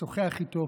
לשוחח איתו